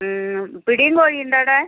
പിടിയും കോഴിയും ഉണ്ടോ അവിടെ